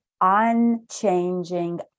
unchanging